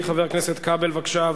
חבר הכנסת איתן כבל, בבקשה.